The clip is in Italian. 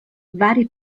vari